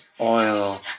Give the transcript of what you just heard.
oil